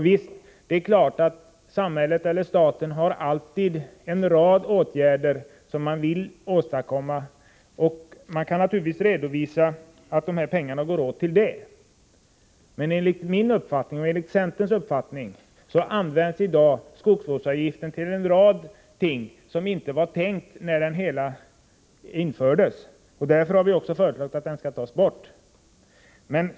Visst, det är alltid en rad åtgärder som staten vill vidta, och man kan naturligtvis redovisa att pengarna går till sådana åtgärder. Men enligt min och centerns uppfattning används i dag skogsvårdsavgiften till en rad ting som inte var aktuella när avgiften infördes. Därför har vi föreslagit att den skall tas bort.